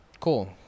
cool